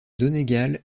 donegal